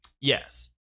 Yes